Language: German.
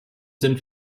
sind